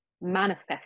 manifest